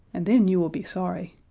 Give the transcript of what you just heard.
and then you will be sorry.